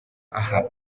aha